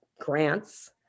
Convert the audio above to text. grants